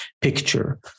picture